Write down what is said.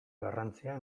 garrantzia